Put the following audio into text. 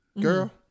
girl